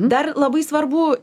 dar labai svarbu